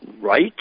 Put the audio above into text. right